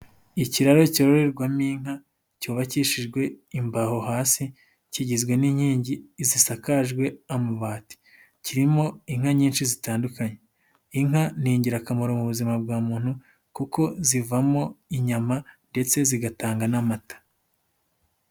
Ikiraro cyororerwamo inka, cyubakishijwe imbaho hasi, kigizwe n'inkingi zisakajwe amabati, kirimo inka nyinshi zitandukanye, inka ni ingirakamaro mu buzima bwa muntu kuko zivamo inyama ndetse zigatanga n'amata.